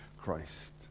Christ